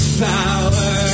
power